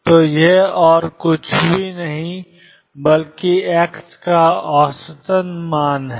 तो यह और कुछ नहीं बल्कि x का औसत मान है